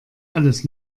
alles